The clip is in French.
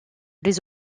les